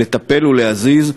לטפל ולהזיז,